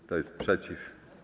Kto jest przeciw?